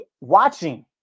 watching